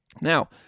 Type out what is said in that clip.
Now